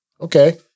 Okay